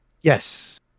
Yes